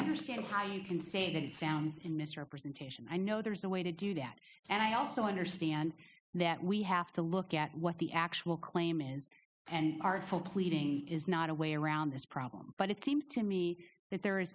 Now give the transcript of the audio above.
understand how you can say that it sounds in misrepresentation i know there's a way to do that and i also understand that we have to look at what the actual claim and artful pleading is not a way around this problem but it seems to me that there is